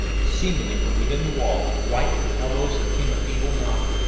seemingly from within the wall, right at their elbows, there came a feeble knock.